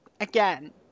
again